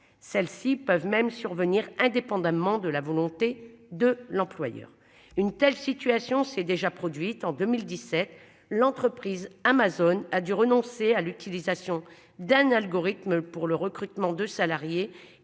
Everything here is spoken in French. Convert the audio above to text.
Celle-ci peuvent même survenir indépendamment de la volonté de l'employeur. Une telle situation s'est déjà produite en 2017 l'entreprise Amazon a dû renoncer à l'utilisation d'un algorithme pour le recrutement de salariés